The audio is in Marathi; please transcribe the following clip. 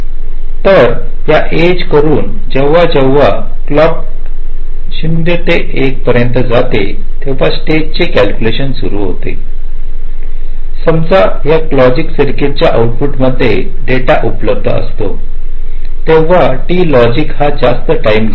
तर या एज करून जेव्हा जेव्हा ड्राईव्ह क्लॉक 0 ते 1 पर्यंत जाते तेव्हा स्टेजचे कॅल्क्युलेशन सुरू होते समजा या लॉजिक सर्किट च्या आऊटपुट मध्ये डेटा उपलब्ध असतो तेव्हा टी लॉजिक हा जास्त टाईम घेतो